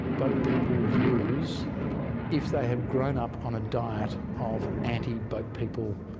boat people views if they have grown up on a diet of anti-boat people